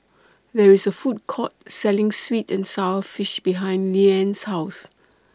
There IS A Food Court Selling Sweet and Sour Fish behind Leanne's House